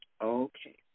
Okay